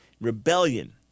rebellion